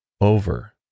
over